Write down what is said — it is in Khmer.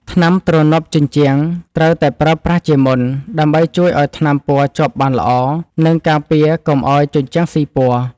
ថ្នាំទ្រនាប់ជញ្ជាំង ត្រូវតែប្រើប្រាស់ជាមុន ដើម្បីជួយឱ្យថ្នាំពណ៌ជាប់បានល្អ និងការពារកុំឱ្យជញ្ជាំងស៊ីពណ៌។